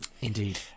indeed